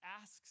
asks